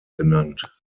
genannt